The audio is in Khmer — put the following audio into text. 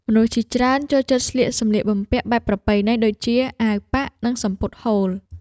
មនុស្សជាច្រើនចូលចិត្តស្លៀកសម្លៀកបំពាក់បែបប្រពៃណី ដូចជាអាវប៉ាក់ និងសំពត់ហូល។